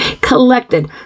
collected